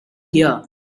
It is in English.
here